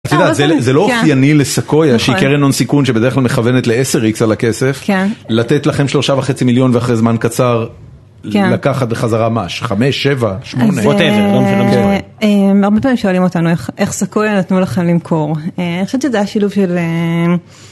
זה לא אופייני לסקויה שהיא נכון קרן הון סיכון שבדרך כלל מכוונת לעשר איקס על הכסף לתת לכם שלושה וחצי מיליון ואחרי זמן קצר לקחת בחזרה מה? חמש, שבע, שמונה, וואטאבר לא משנה אז אה... הרבה פעמים שואלים אותנו איך איך סקויה נתנו לכם למכור אני חושבת שזה היה שילוב של אה...